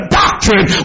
doctrine